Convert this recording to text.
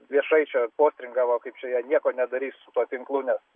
viešai čia postringavo kaip čia jie nieko nedarys su tuo tinklu nes